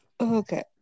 Okay